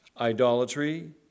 idolatry